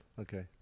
Okay